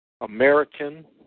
American